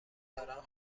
دارن